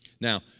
Now